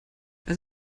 als